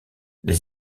les